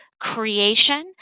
creation